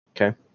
Okay